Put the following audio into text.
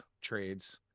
trades